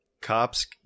Cops